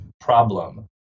problem